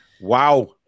wow